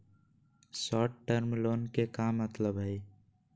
Short term loan के का मतलब हई?